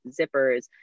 zippers